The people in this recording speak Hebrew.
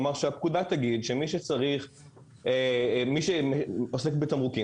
כלומר שהפקודה תגיד שמי שעוסק בתמרוקים,